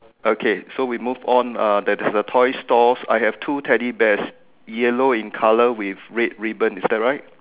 okay so we move on uh there's a toys stores I have two teddy bears yellow in colour with red ribbon is that right